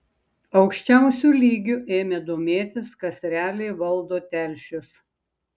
aukščiausiu lygiu ėmė domėtis kas realiai valdo telšius